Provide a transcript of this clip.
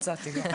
במרכז